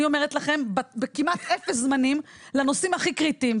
אני אומרת לכם בכמעט אפס זמנים לנושאים הכי קריטיים,